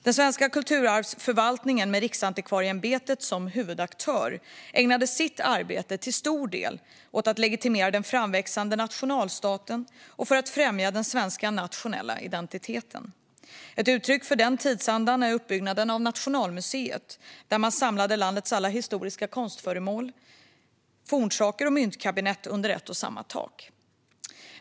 Den svenska kulturarvsförvaltningen, med Riksantikvarieämbetet som huvudaktör, ägnade en stor del av sitt arbete åt att legitimera den framväxande nationalstaten och åt att främja den svenska nationella identiteten. Ett uttryck för denna tidsanda är uppbyggnaden av nationalmuseet, där man samlade landets alla historiska konstföremål, fornsaker och myntkabinett under ett och samma tak.